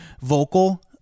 vocal